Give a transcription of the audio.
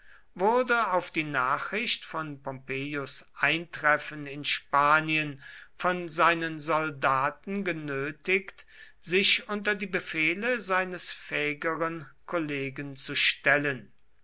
wurde auf die nachricht von pompeius eintreffen in spanien von seinen soldaten genötigt sich unter die befehle seines fähigeren kollegen zu stellen